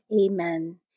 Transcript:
Amen